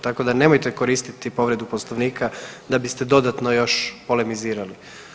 Tako da nemojte koristiti povredu Poslovnika da biste dodatno još polemizirali.